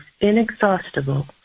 inexhaustible